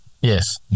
Yes